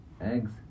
eggs